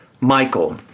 Michael